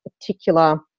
particular